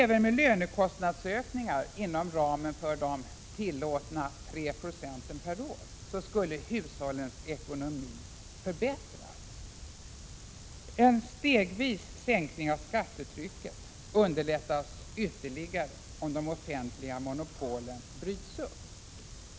Även med lönekostnadsökningar inom ramen för de tillåtna 3 procenten per år skulle hushållens ekonomi förbättras. En stegvis sänkning av skattetrycket underlättas ytterligare om de offentliga monopolen bryts upp.